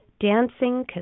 dancing